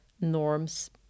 norms